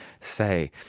say